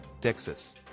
Texas